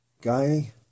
guy